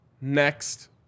next